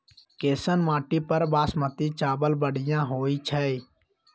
कैसन माटी पर बासमती चावल बढ़िया होई छई?